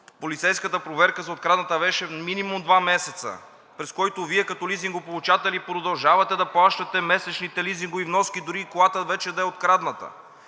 полицейската проверка за открадната вещ е минимум два месеца, през които Вие като лизингополучател продължавате да плащате месечните лизингови вноски дори и колата вече да е открадната